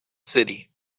city